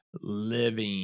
living